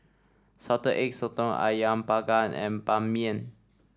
Salted Egg Sotong ayam panggang and Ban Mian